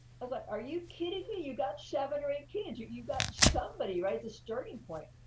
was like, are you kidding me? you got seven or eight kids. you you got somebody, right? it's a starting point.